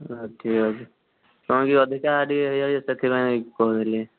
ହେଉ ଠିକ ଅଛି ହଁ ଟିକେ ଅଧିକା ଟିକେ ହୋଇଯାଉଛି ସେଥିପାଇଁ କହୁଥିଲି